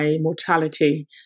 mortality